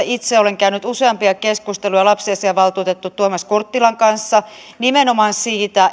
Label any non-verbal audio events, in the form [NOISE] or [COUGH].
[UNINTELLIGIBLE] itse olen käynyt useampia keskusteluja lapsiasiavaltuutettu tuomas kurttilan kanssa nimenomaan siitä